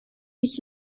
ich